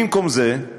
במקום זה הם